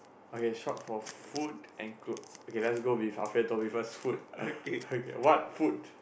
okay shop for food and clothes okay let's go with our favourite topic first food what food